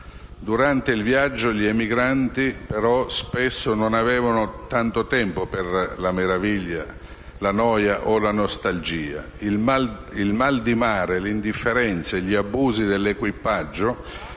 Durante il viaggio, però, gli emigranti spesso non avevano tanto tempo per la meraviglia, la noia o la nostalgia: c'erano il mal di mare, l'indifferenza e gli abusi dell'equipaggio,